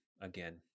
again